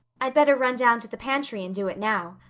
i'd better run down to the pantry and do it now.